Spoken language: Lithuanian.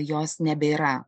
jos nebėra